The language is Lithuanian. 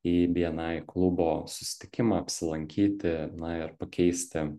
į bni klubo susitikimą apsilankyti na ir pakeisti